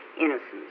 innocence